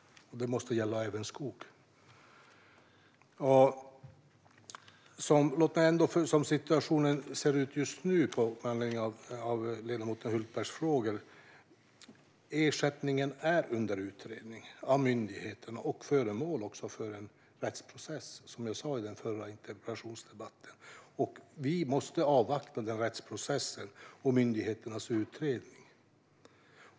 Det måste gälla även skogen. Låt mig, som situationen ser ut just nu och med anledning av ledamoten Hultbergs frågor, svara att ersättningen är under utredning av myndigheterna och även föremål för en rättsprocess, som jag sa i den förra interpellationsdebatten. Vi måste avvakta denna rättsprocess och myndigheternas utredning.